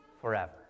forever